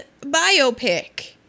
biopic